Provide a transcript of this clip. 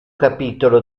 capitolo